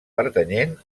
pertanyent